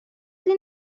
این